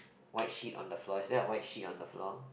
white sheet on the floor is there a white sheet on the floor